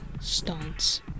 stance